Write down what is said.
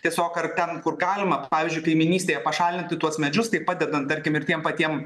tiesiog ar ten kur galima pavyzdžiui kaimynystėje pašalinti tuos medžius tai padedant tarkim ir tiem patiem